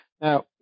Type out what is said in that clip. Now